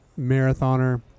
marathoner